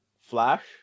Flash